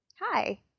Hi